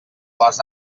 les